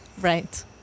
Right